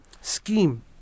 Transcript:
scheme